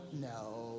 no